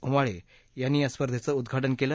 उमाळे यांनी या स्पर्धेच उद्घाटन केलं